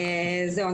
זהו,